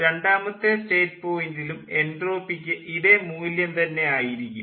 രണ്ടാമത്തെ സ്റ്റേറ്റ് പോയിൻ്റിലും എൻട്രോപ്പിക്ക് ഇതേ മൂല്യം തന്നെ ആയിരിക്കും